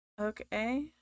okay